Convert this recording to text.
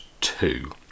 two